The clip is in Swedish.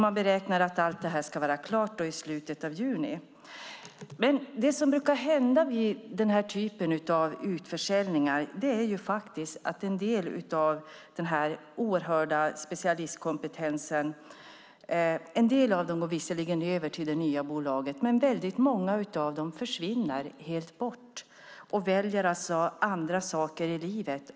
Man beräknar att detta ska vara klart i slutet av juni. Vid den här typen av utförsäljningar går som sagt en del av specialisterna över till det nya bolaget. Många försvinner dock och väljer annat i livet.